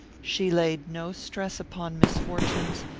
she laid no stress upon misfortunes,